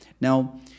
Now